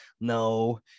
no